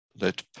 let